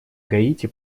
гаити